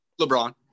LeBron